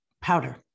powder